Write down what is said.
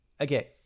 Okay